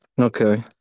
okay